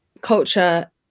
culture